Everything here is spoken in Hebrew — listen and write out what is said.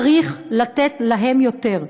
צריך לתת להם יותר.